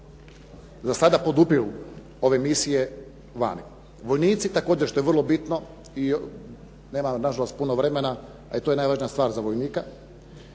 za sada podupiru ove misije vani. Vojnici također, što je vrlo bitno i nema nažalost puno vremena, a i to je najvažnija stvar za vojnika.